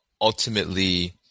ultimately